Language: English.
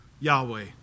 Yahweh